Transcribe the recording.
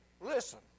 listen